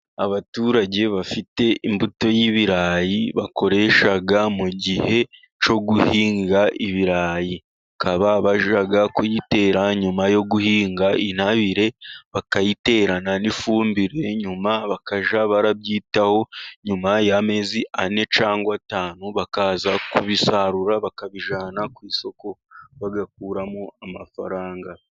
Abaturage bafite imbuto y'ibirayi bakoresha mu gihe cyo guhinga ibirayi, bakaba bajya kuyitera nyuma yo guhinga intabire bakayiterana n'ifumbire nyuma bakajya barabyitaho nyuma y'amezi ane cyangwa atanu bakaza kubisarura bakabijyana ku isoko bagakuramo amafaranga.